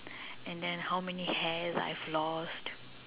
and then how many hairs I've lost